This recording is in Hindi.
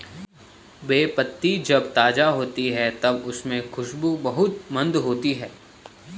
बे पत्ती जब ताज़ा होती है तब उसमे खुशबू बहुत मंद होती है